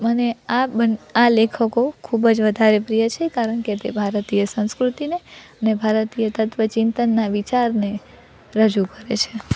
મને આ બન આ લેખકો ખૂબ જ વધારે પ્રિય છે કારણ કે તે ભારતીય સંસ્કૃતિને ને ભારતીય તત્વ ચિંતનના વિચારને રજૂ કરે છે